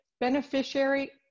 beneficiary